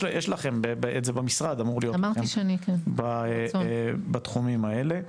יש לכם את זה במשרד, אמור להיות לכם בתחומים האלה.